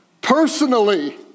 personally